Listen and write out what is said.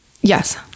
Yes